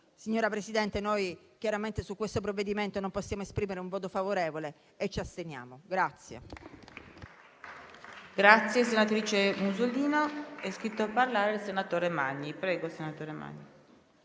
signora Presidente, noi chiaramente su questo provvedimento non possiamo esprimere un voto favorevole e ci asteniamo.